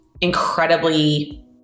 incredibly